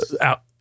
out